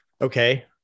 Okay